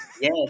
Yes